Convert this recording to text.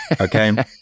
okay